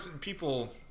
people